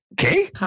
Okay